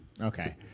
Okay